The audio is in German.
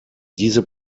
diese